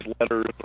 letters